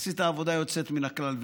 עשית עבודה יוצאת מן הכלל.